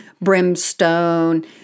brimstone